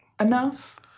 enough